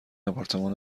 آپارتمان